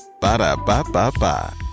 Ba-da-ba-ba-ba